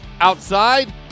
outside